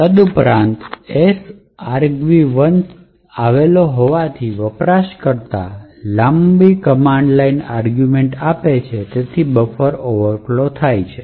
તદુપરાંત S argv1 સાથે આવેલો હોવાથી વપરાશકર્તા લાંબી કમાન્ડ લાઇન આર્ગુમેંટ આપે છે અને તેથી આ બફરને ઓવરફ્લો કરે છે